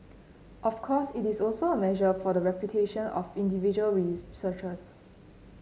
of course it is also a measure for the reputation of individual